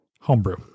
homebrew